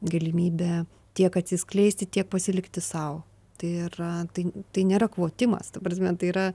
galimybė tiek atsiskleisti tiek pasilikti sau tai yra tai nėra kvotimas ta prasme tai yra